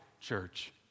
Church